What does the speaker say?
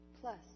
plus